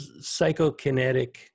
psychokinetic